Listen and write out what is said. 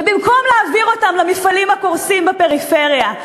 ובמקום להעביר אותם למפעלים הקורסים בפריפריה,